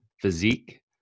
physique